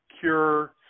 Cure